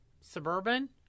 suburban